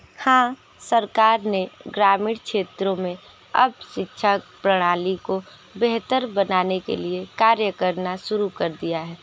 हाँ सरकार ने ग्रामीण क्षेत्रों में अब शिक्षा प्रणाली को बेहतर बनाने के लिए कार्य करना शुरू कर दिया है